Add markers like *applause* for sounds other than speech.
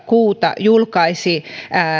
*unintelligible* kuuta julkaisi